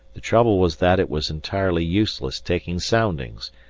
the trouble was that it was entirely useless taking soundings,